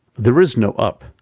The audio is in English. there is no up.